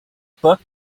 book